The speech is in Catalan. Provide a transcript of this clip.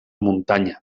muntanya